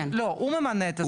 לא, הוא ממנה את הסגן.